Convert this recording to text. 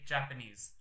Japanese